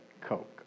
Coke